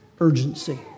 urgency